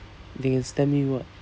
they can stamp you [what]